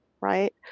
Right